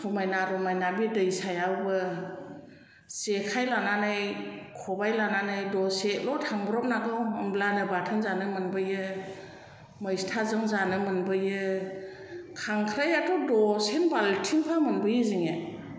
समायना रमायना बे दैसायावबो जेखाइ लानानै खबाइ लानानै दसेल' थांब्रबनानैल' होमब्लानो बाथोन जानो मोनबोयो मैस्थाजों जानो मोनबोयो खांख्राइयाथ' दसेनो बालथिंफा मोनबोयो जोंने